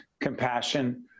compassion